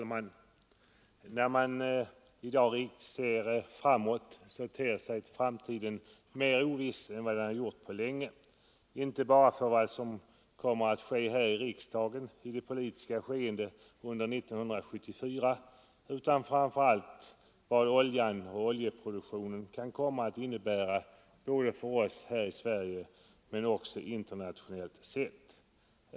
Herr talman! När man i dag ser framåt ter sig utvecklingen mera oviss än den gjort på länge. Jag tänker då inte bara på vad som kan komma att ske här i riksdagen under 1974 utan framför allt på vad den minskade oljeproduktionen kan komma att innebära, inte bara för oss här i Sverige utan också internationellt sett.